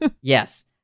Yes